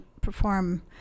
perform